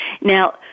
Now